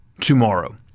tomorrow